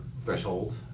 threshold